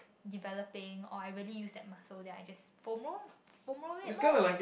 developing or I really use that muscle then I just foam roll foam roll it lah